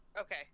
okay